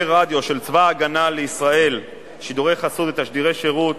רדיו של צבא-הגנה לישראל (שידורי חסות ותשדירי שירות)